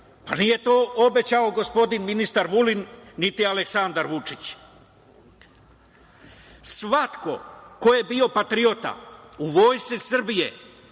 Pa, nije to obećao gospodin ministar Vulin, niti Aleksandar Vučić. Svako ko je bio patriota u Vojsci Srbije,